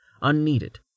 unneeded